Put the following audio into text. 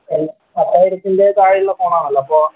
പത്തായിരത്തിൻ്റെ താഴെയുള്ള ഫോണാണല്ലോ അപ്പോൾ